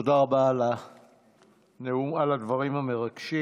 תודה רבה על הדברים המרגשים.